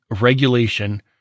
regulation